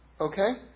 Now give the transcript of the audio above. Okay